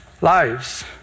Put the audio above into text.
lives